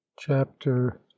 chapter